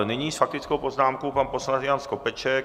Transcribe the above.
Nyní s faktickou poznámkou pan poslanec Jan Skopeček.